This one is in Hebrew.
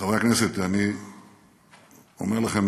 חברי הכנסת, אני אומר לכם